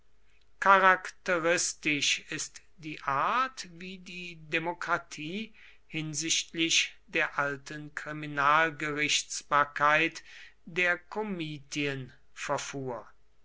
charakteristisch ist die art wie die demokratie hinsichtlich der alten kriminalgerichtsbarkeit der komitien verfuhr